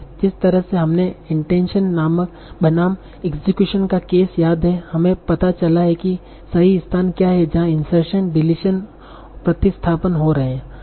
जिस तरह से हमने इंटेंशन बनाम इक्सक्यूशन का केस याद है हमें पता चला कि सही स्थान क्या हैं जहां इंसर्शन डिलीशन प्रतिस्थापन हो रहे हैं